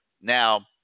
Now